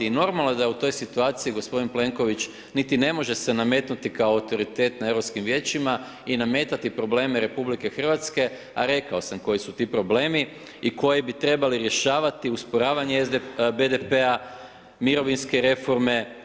I normalno da u toj situaciji gospodin Plenković niti ne može se nametnuti kao autoritet na Europskim vijećima i nametati probleme RH, a rekao sam koji su ti problemi i koji bi trebali rješavati usporavanje BDP-a, mirovinske reforme.